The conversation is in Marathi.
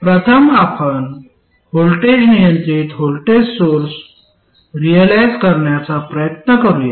प्रथम आपण व्होल्टेज नियंत्रित व्होल्टेज सोर्स रिअलाईझ करण्याचा प्रयत्न करूया